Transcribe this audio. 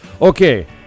okay